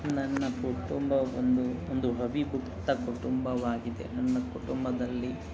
ನನ್ನ ಕುಟುಂಬ ಒಂದು ಒಂದು ಅವಿಭಕ್ತ ಕುಟುಂಬವಾಗಿದೆ ನನ್ನ ಕುಟುಂಬದಲ್ಲಿ